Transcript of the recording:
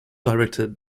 directed